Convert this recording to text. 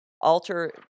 Alter